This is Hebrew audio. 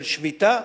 של שמיטה,